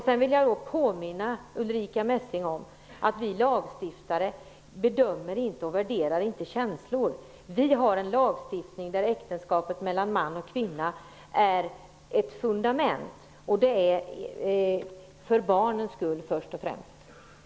Sedan vill jag påminna Ulrica Messing om att vi lagstiftare inte bedömer och värderar känslor. Vi har en lagstiftning där äktenskapet mellan man och kvinna är ett fundament -- och det är det först och främst för barnens skull.